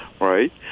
right